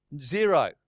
Zero